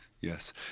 Yes